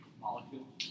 molecule